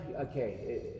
okay